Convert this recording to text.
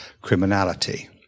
criminality